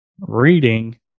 reading